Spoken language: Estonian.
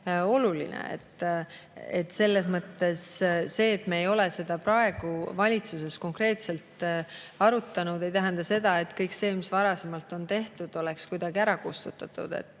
oluline. Selles mõttes see, et me ei ole seda praegu valitsuses konkreetselt arutanud, ei tähenda seda, et kõik see, mis varasemalt on tehtud, on kuidagi ära kustutatud. See